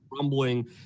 rumbling